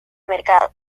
mercado